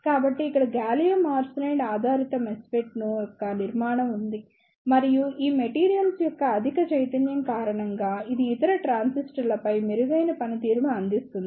కాబట్టి ఇక్కడ gallium arsenide ఆధారిత MESFET యొక్క నిర్మాణం ఉంది మరియు ఈ మెటీరియల్స్ యొక్క అధిక చైతన్యం కారణంగా ఇది ఇతర ట్రాన్సిస్టర్లపై మెరుగైన పనితీరును అందిస్తుంది